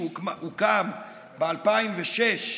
שהוקם ב-2006,